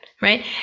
Right